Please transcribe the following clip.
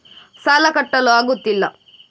ಸಾಲ ಕಟ್ಟಲು ಆಗುತ್ತಿಲ್ಲ